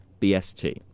BST